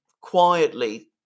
quietly